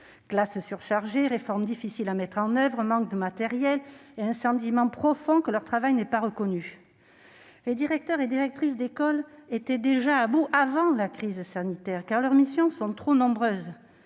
classes surchargées, réformes difficiles à mettre en oeuvre, manque de matériel, et un sentiment profond que leur travail n'est pas reconnu. Les directeurs et directrices d'école étaient déjà à bout avant la crise sanitaire car leurs missions sont trop nombreuses.